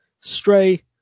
Stray